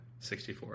64